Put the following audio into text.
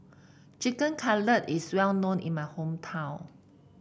Chicken Cutlet is well known in my hometown